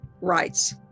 rights